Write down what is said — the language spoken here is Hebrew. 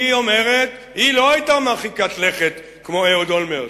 היא אומרת שהיא לא היתה מרחיקת לכת כמו אהוד אולמרט.